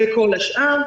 וכל השאר.